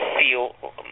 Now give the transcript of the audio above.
feel